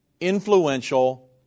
influential